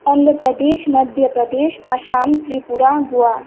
आन्धप्रदेशः मध्यप्रदेशः आशां त्रिपुरा गुआ